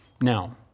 Now